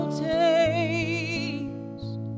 taste